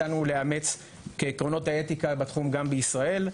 הצענו לאמץ כעקרונות האתיקה בתחום גם בישראל.